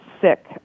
sick